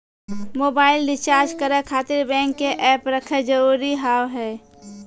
Mobile recharge करे खातिर bank के ऐप रखे जरूरी हाव है?